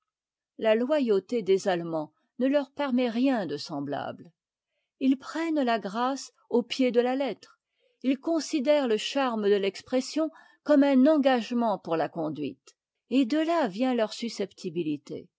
la loyauté des allemands ne leur permet rien de semblable ils prennent la grâce au pied de la lettre ils considèrent le charme de l'expression comme un engagement pour la conduite et de là vient leur susceptibilité